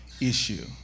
issue